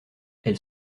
elle